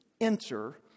enter